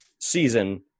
season